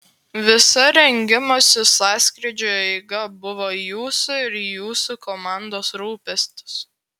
visa rengimosi sąskrydžiui eiga buvo jūsų ir jūsų komandos rūpestis